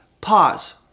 Pause